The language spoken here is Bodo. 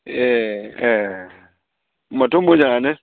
ए ए होनबाथ' मोजाङानो